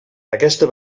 aquesta